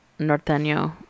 Norteño